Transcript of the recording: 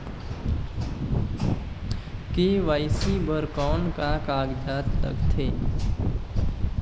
KYC बर कौन का कागजात लगथे?